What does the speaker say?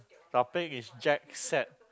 topic is jet set